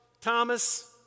Thomas